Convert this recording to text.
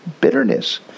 bitterness